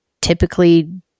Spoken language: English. typically